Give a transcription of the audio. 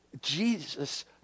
Jesus